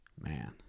man